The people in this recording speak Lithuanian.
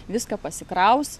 viską pasikraus